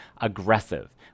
aggressive